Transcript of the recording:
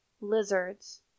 lizards